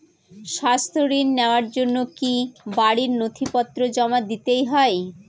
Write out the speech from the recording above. স্বাস্থ্য ঋণ নেওয়ার জন্য কি বাড়ীর নথিপত্র জমা দিতেই হয়?